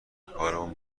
کارمون